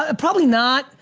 ah probably not.